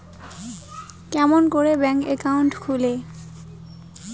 কেমন করি bank account খুলে?